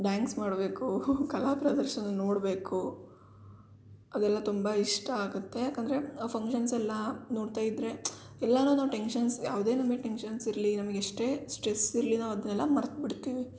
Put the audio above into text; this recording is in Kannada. ಡ್ಯಾಂಗ್ಸ್ ಮಾಡಬೇಕು ಕಲಾ ಪ್ರದರ್ಶನ ನೋಡಬೇಕು ಅದೆಲ್ಲ ತುಂಬ ಇಷ್ಟ ಆಗುತ್ತೆ ಯಾಕಂದರೆ ಆ ಫಂಕ್ಷನ್ಸೆಲ್ಲ ನೋಡ್ತಾ ಇದ್ದರೆ ಎಲ್ಲನೂ ನಾವು ಟೆನ್ಷನ್ಸ್ ಯಾವುದೇ ನಮಗ್ ಟೆನ್ಷನ್ಸ್ ಇರಲಿ ನಮ್ಗೆ ಎಷ್ಟೇ ಸ್ಟ್ರೆಸ್ ಇರಲಿ ನಾವು ಅದನ್ನೆಲ್ಲ ಮರ್ತು ಬಿಡ್ತೀವಿ